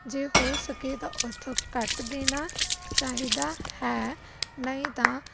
ਜੇ ਹੋ ਸਕੇ ਤਾਂ ਉਥੋਂ ਕੱਟ ਦੇਣਾ ਚਾਹੀਦਾ ਹੈ ਨਹੀਂ ਤਾਂ